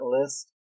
list